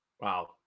Wow